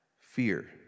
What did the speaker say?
fear